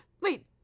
Wait